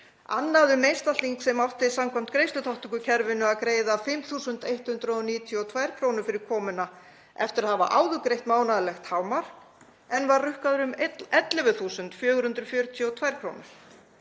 annað um einstakling sem átti samkvæmt greiðsluþátttökukerfinu að greiða 5.192 kr. fyrir komuna, eftir að hafa áður greitt mánaðarlegt hámark, en var rukkaður um 11.442 kr.